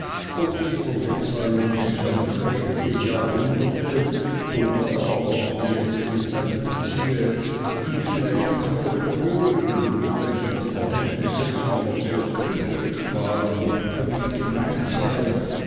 ob die prophezeiung sich auf späte jahrhunderte oder aber auf die jetzige zeit beziehe und vielleicht die krone polen mit welcher die verhältnisse immer noch sehr kriegerisch waren damit gemeint sei